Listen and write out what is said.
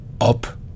up